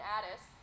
Addis